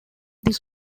this